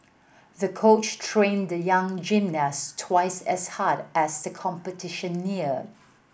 the coach trained the young gymnast twice as hard as the competition neared